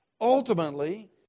Ultimately